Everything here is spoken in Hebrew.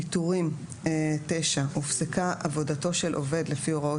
פיטורים 9. הפסקת עבודתו של עובד לפי הוראות